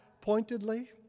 pointedly